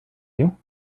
you